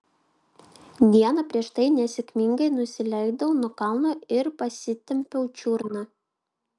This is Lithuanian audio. dieną prieš tai nesėkmingai nusileidau nuo kalno ir pasitempiau čiurną